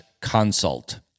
consult